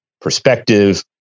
perspective